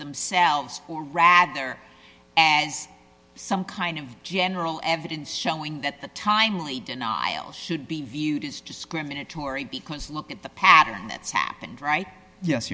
themselves or rather as some kind of general evidence showing that the timely denial should be viewed as discriminatory because look at the pattern that's happened right yes